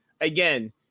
again